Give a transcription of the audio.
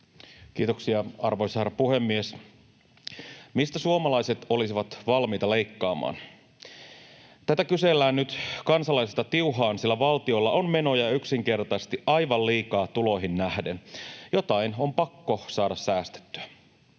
Kiitoksia, arvoisa herra puhemies! Mistä suomalaiset olisivat valmiita leikkaamaan? Tätä kysellään nyt kansalaisilta tiuhaan, sillä valtiolla on menoja yksinkertaisesti aivan liikaa tuloihin nähden. Jotain on pakko saada säästettyä.